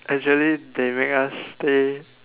actually they make us stay